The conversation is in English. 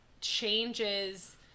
changes